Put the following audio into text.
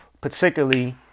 particularly